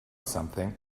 something